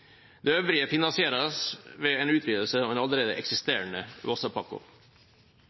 Det øvrige finansieres ved en utvidelse av den allerede eksisterende Vossapakko.